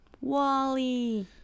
Wally